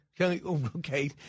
Okay